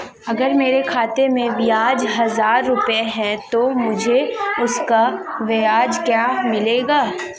अगर मेरे खाते में बीस हज़ार रुपये हैं तो मुझे उसका ब्याज क्या मिलेगा?